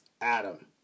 Adam